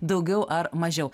daugiau ar mažiau